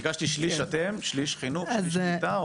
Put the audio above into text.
ביקשתי שליש אתם, שליש חינוך, שליש קליטה.